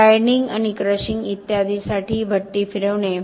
grinding आणि crushing इत्यादीसाठी भट्टी फिरवणे